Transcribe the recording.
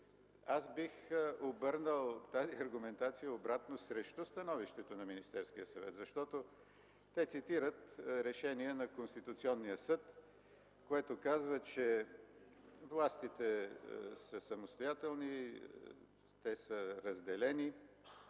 Аз бих обърнал тази аргументация обратно срещу становището на Министерския съвет, защото те цитират решение на Конституционния съд, което казва, че: „властите са самостоятелни, те са разделени